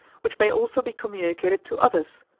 which may also be communicated to others,